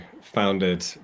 founded